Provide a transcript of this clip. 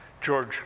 George